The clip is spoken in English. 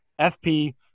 FP